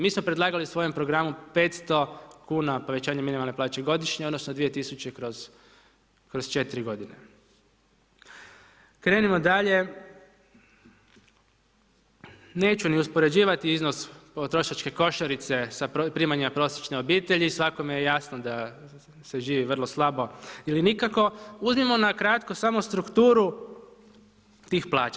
Mi smo predlagali u svojem programu 500 kn povećanje minimalne plaće godišnje, odnosno 2000 kroz 4 g. Krenimo dalje, neću ni uspoređivati iznos potrošačke košarice sa primanjem prosječene obitelji, svakome je jasno da se živi vrlo slabo, ili nikako, uzmimo na kratko samo strukturu tih plaća.